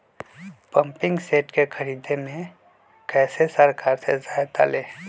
Pumping set के ख़रीदे मे कैसे सरकार से सहायता ले?